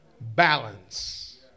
Balance